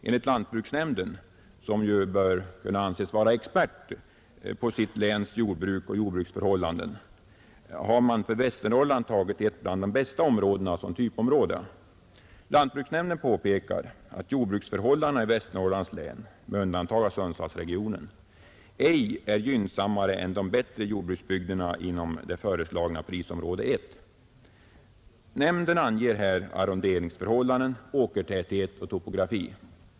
Enligt lantbruksnämnden, som ju bör kunna anses vara expert på sitt läns jordbruk och jordbruksförhållanden, har man för Västernorrland tagit ett bland de bästa områdena som typområde. Lantbruksnämnden påpekar att jordbruksförhållandena i Västernorrlands län med undantag av Sundsvallsregionen ej är gynnsammare än i de bättre jordbruksbygderna inom det föreslagna prisområde I. Nämnden anger här arronderingsförhållanden, åkertäthet och topografi.